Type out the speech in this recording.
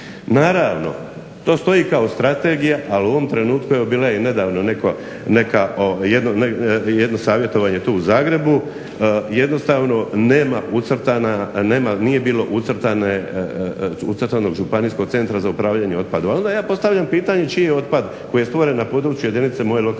Naravno, to stoji kao strategija, ali u ovom trenutku bila je i nedavno neka, jedno savjetovanje tu u Zagrebu. Jednostavno nema ucrtana, nije bilo ucrtanog Županijskog centra za upravljanje otpadom. Ali onda je postavljam pitanje čije je otpad koji je stvoren na području jedinice moje lokalne